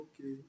okay